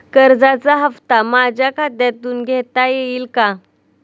कर्जाचा हप्ता माझ्या खात्यातून घेण्यात येईल का?